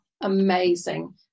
amazing